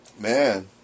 Man